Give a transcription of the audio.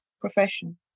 profession